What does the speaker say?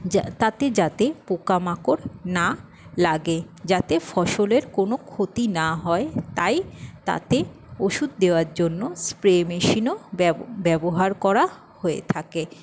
যা তাতে যাতে পোকামাকড় না লাগে যাতে ফসলের কোনো ক্ষতি না হয় তাই তাতে ওষুদ দেওয়ার জন্য স্প্রে মেশিনও ব্যবহার করা হয়ে থাকে